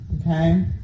Okay